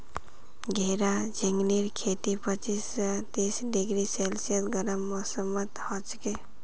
घेरा झिंगलीर खेती पच्चीस स तीस डिग्री सेल्सियस गर्म मौसमत हछेक